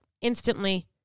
instantly